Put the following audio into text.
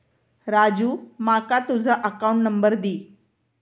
राजू माका तुझ account number दी